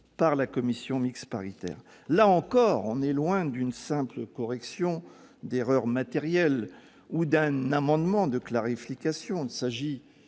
par la commission mixte paritaire. Là encore, on est loin de la simple correction d'une erreur matérielle ou d'un amendement de clarification. Il s'agit